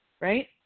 Right